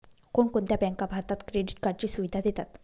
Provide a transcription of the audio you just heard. कोणकोणत्या बँका भारतात क्रेडिट कार्डची सुविधा देतात?